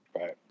Right